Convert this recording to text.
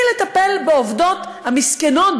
מלטפל בעובדות המסכנות,